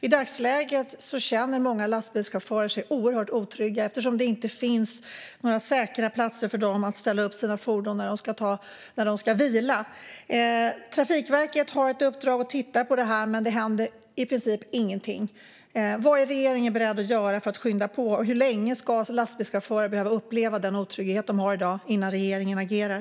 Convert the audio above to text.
I dagsläget känner sig många lastbilschaufförer oerhört otrygga eftersom det inte finns några säkra platser för dem att ställa upp sina fordon på när de ska vila. Trafikverket har ett uppdrag att titta på det här, men det händer i princip ingenting. Vad är regeringen beredd att göra för att skynda på, och hur länge ska lastbilschaufförer behöva uppleva den otrygghet de känner i dag innan regeringen agerar?